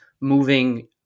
moving